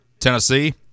Tennessee